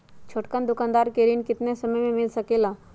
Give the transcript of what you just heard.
छोटकन दुकानदार के ऋण कितने समय मे मिल सकेला?